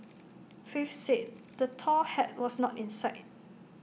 faith said the tall hat was not in sight